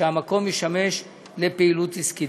שהמקום ישמש לפעילות עסקית.